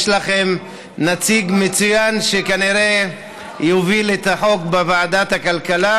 יש לכן נציג מצוין שכנראה יוביל את החוק בוועדת הכלכלה,